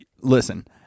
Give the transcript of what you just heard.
listen